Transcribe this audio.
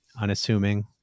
unassuming